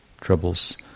troubles